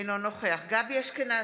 אינו נוכח גבי אשכנזי,